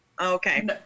okay